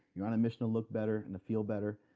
you're on a mission to look better and to feel better.